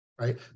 right